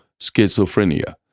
schizophrenia